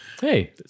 Hey